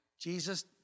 Jesus